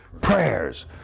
prayers